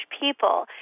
people